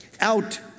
out